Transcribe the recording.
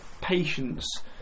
patience